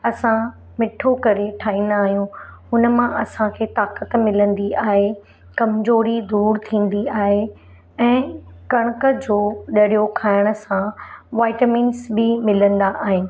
असां मिठो करे ठाहींदा आहियूं उन मां असांखे ताक़त मिलंदी आहे कमजोरी दूरि थींदी आहे ऐं कणिक जो ॾरियो खाइण सां वाइटमिंस बि मिलंदा आहिनि